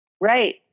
Right